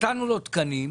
לו תקנים,